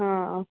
हा